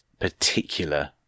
particular